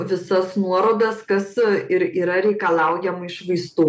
visas nuorodas kas ir yra reikalaujama iš vaistų